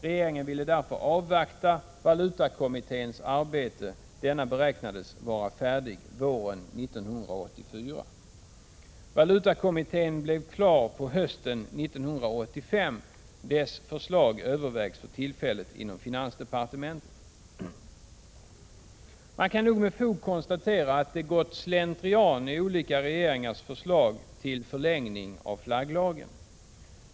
Regeringen ville därför avvakta valutakommitténs arbete. Denna beräknades vara färdig våren 1984. Valutakommittén blev klar på hösten 1985. Dess förslag övervägs för tillfället inom finansdepartementet. Man kan nog med fog konstatera att det gått slentrian i olika regeringars förslag till förlängning av flagglagen.